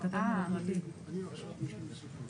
זה בוודאי שזה נכון.